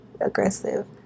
aggressive